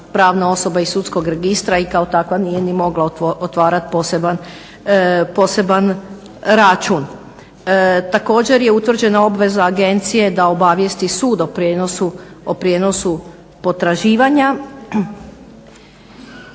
pravna osoba iz sudskog registra i kao takva nije ni mogla otvarat poseban račun. Također, je utvrđena obveza agencije da obavijesti sud o prijenosu potraživanja.